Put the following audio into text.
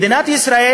מדינת ישראל,